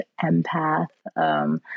empath